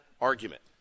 argument